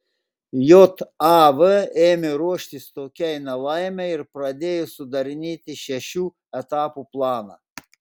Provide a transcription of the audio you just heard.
jav ėmė ruoštis tokiai nelaimei ir pradėjo sudarinėti šešių etapų planą